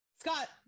Scott